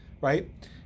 Right